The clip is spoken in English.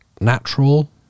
natural